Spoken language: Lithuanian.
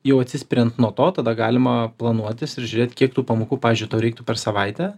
jau atsispiriant nuo to tada galima planuotis ir žiūrėt kiek tų pamokų pavyzdžiui tau reiktų per savaitę